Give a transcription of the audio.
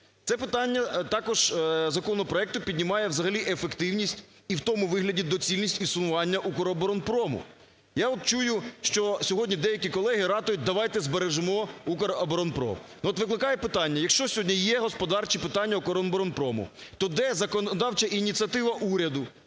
Це питання також законопроекту піднімає взагалі ефективність і в тому вигляді доцільність існування "Укроборонпрому". Я от чую, що сьогодні деякі колеги ратують: давайте збережемо "Укроборонпром". От викликає питання, якщо сьогодні є господарчі питання "Укроборонпрому", то де законодавча ініціатива уряду,